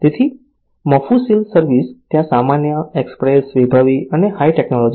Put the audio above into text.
તેથી મોફુસિલ સર્વિસ ત્યાં સામાન્ય એક્સપ્રેસ વૈભવી અને હાઇ ટેકનોલોજી છે